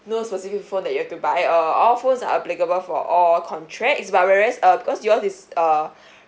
no specific phone that you have to buy uh all phones are applicable for all contracts it's but whereas uh because yours is uh